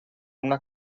una